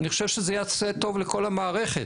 אני חושב שזה יעשה טוב לכל המערכת.